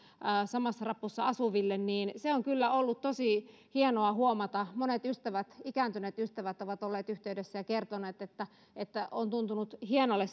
samassa rapussa asuville on kyllä ollut tosi hienoa huomata monet ikääntyneet ystävät ovat olleet yhteydessä ja kertoneet että että on tuntunut hienolle